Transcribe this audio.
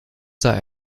sei